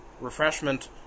refreshment